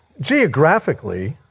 geographically